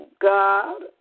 God